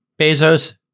Bezos